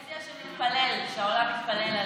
הוא יציע שנתפלל, שהעולם יתפלל עלינו.